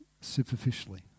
superficially